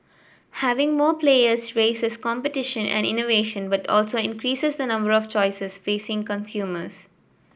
having more players raises competition and innovation but also increases the number of choices facing consumers